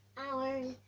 hours